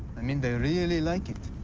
i mean, they really like it.